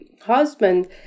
husband